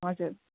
हजुर